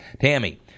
Tammy